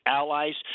allies